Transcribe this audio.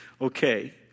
Okay